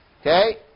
Okay